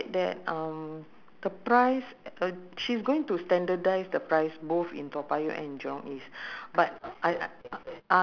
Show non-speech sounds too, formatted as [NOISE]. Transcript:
but even if it's a one dish also it's okay I'm I'm even macam [NOISE] uh what I said ah uh rice rice with just